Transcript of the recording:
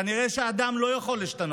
כנראה שאדם לא יכול להשתנות.